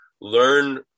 Learn